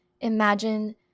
imagine